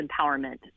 empowerment